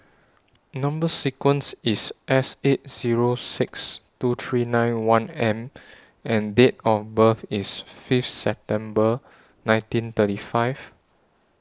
Number sequence IS S eight Zero six two three nine one M and Date of birth IS Fifth September nineteen thirty five